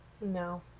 no